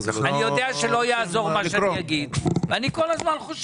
צריך לראות מה הריבית שכל בנק גובה מהלקוחות על